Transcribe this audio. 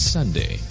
Sunday